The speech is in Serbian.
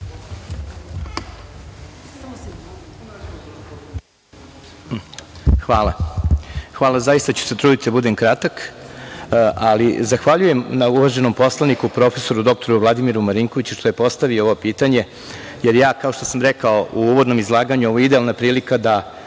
Hvala. Zaista ću se truditi da budem kratak. Zahvaljujem uvaženom poslaniku prof. dr Vladimiru Marinkoviću što je postavio ovo pitanje, jer ja, kao što sam rekao u uvodnom izlaganju, ovo je idealna prilika da